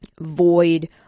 void